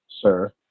sir